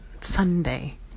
Sunday